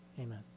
Amen